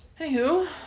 Anywho